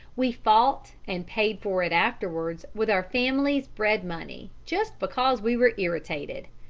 we fought and paid for it afterwards with our family's bread-money just because we were irritated.